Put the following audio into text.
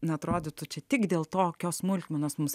neatrodytų čia tik dėl tokios smulkmenos mums